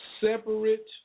separate